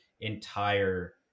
entire